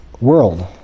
world